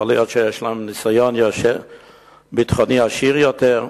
יכול להיות שיש להם ניסיון ביטחוני עשיר יותר,